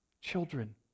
children